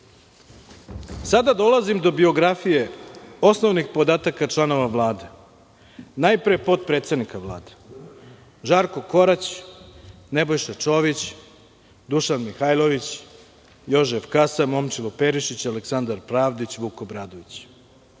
sada dolazim do biografije, osnovnih podataka članova Vlade, najpre potpredsednika Vlade. Žarko Korać, Nebojša Čović, Dušan Mihajlović, Jožef Kasa, Momčilo Perišić, Aleksandar Pravdić, Vuk Obradović.